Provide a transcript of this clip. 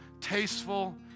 tasteful